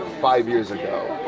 five years ago,